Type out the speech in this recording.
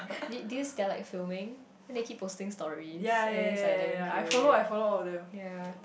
did did you see they are like filming then they keep posting stories and it's like damn cute ya